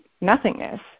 nothingness